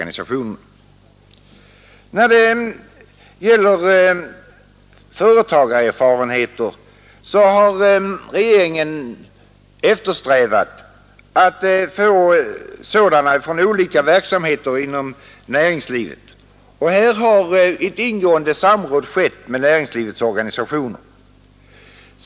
När det gäller företagarerfarenhet har regeringen eftersträvat att få sådan från olika verksamheter i näringslivet. Härvidlag har ett ingående samråd skett med näringslivets organisationer.